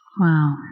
Wow